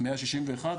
מאה שישים ואחד.